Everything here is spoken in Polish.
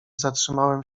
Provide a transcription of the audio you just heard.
zatrzymałem